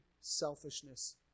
selfishness